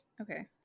Okay